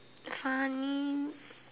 funny